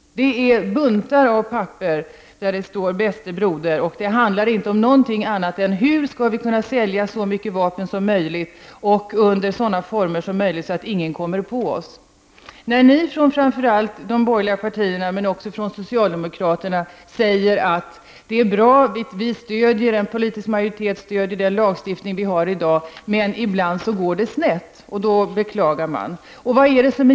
Det är fråga om buntar av papper där det står ”Bäste broder”. Det handlar inte om någonting annat än hur vi skall kunna sälja så mycket vapen som möjligt och under sådana former att ingen kommer på oss. Representanter från framför allt de borgerliga partierna men även från socialdemokraterna säger att allt är bra och att en politisk majoritet stödjer den lagstiftning vi har i dag. Ibland går det emellertid snett, och då beklagar man detta.